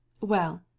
Well